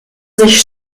sich